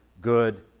good